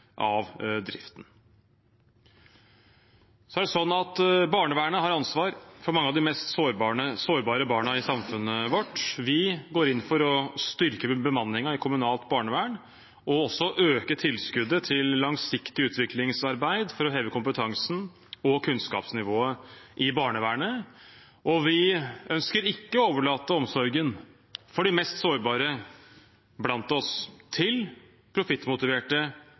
av driften. Barnevernet har ansvar for mange av de mest sårbare barna i samfunnet vårt. Vi går inn for å styrke bemanningen i kommunalt barnevern og også øke tilskuddet til langsiktig utviklingsarbeid for å heve kompetansen og kunnskapsnivået i barnevernet. Vi ønsker ikke å overlate omsorgen for de mest sårbare blant oss til profittmotiverte